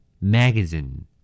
Magazine